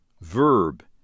Verb